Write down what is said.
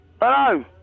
Hello